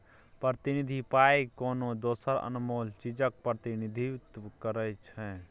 प्रतिनिधि पाइ कोनो दोसर अनमोल चीजक प्रतिनिधित्व करै छै